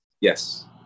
Yes